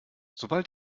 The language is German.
sobald